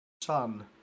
Sun